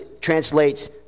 translates